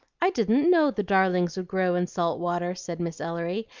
i didn't know the darlings would grow in salt water, said miss ellery,